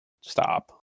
stop